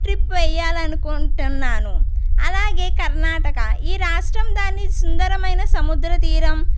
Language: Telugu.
ట్రిప్ వేయాలనుకుంటున్నాను అలాగే కర్ణాటక ఈ రాష్ట్రం దాని సుందరమైన సముద్రతీరం